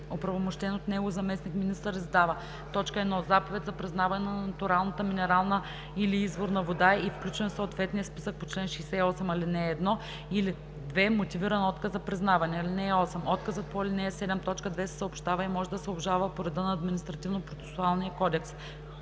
оправомощен от него заместник-министър издава: 1. заповед за признаване на натуралната минерална или изворна вода и включване в съответния списък по чл. 68, ал. 1, или 2. мотивиран отказ за признаване. (8) Отказът по ал. 7, т. 2 се съобщава и може да се обжалва по реда на Административнопроцесуалния кодекс.